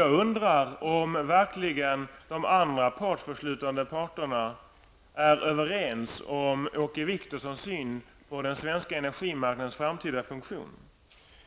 Jag undrar om verkligen de andra parterna i överenskommelsen är överens med Åke Wictorsson om synen på den svenska energimarknadens framtida funktion.